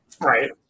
Right